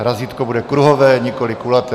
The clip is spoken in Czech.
Razítko bude kruhové, nikoli kulaté.